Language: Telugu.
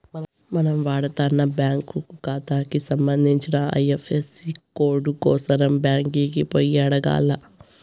మనం వాడతన్న బ్యాంకు కాతాకి సంబంధించిన ఐఎఫ్ఎసీ కోడు కోసరం బ్యాంకికి పోయి అడగాల్ల